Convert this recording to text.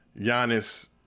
Giannis